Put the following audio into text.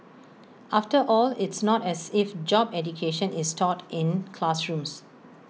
after all it's not as if job education is taught in classrooms